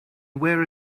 where